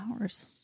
Hours